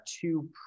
two